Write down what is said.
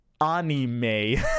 anime